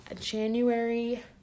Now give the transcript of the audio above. January